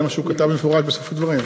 זה מה שהוא כתב במפורש בסוף הדברים.